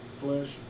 flesh